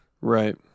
right